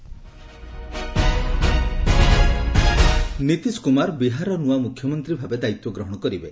ବିହାର ନୀତିଶ କୁମାର ନୀତିଶ କୁମାର ବିହାରର ନୂଆ ମୁଖ୍ୟମନ୍ତ୍ରୀଭାବେ ଦାୟିତ୍ୱଗ୍ରହଣ କରିବେ